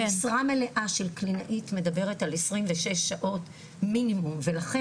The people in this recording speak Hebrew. משרה מלאה של קלינאית מדברת על 26 שעות מינימום ולכן